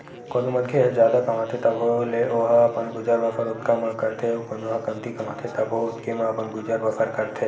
कोनो मनखे ह जादा कमाथे तभो ले ओहा अपन गुजर बसर ओतका म करथे अउ कोनो ह कमती कमाथे तभो ओतके म अपन गुजर बसर करथे